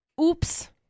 oops